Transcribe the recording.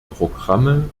programme